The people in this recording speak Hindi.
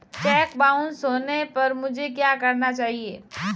चेक बाउंस होने पर मुझे क्या करना चाहिए?